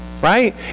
Right